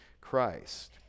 Christ